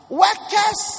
workers